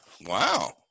wow